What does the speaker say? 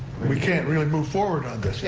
we can't really move forward on this. yeah.